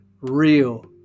real